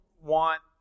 want